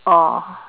oh